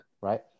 Right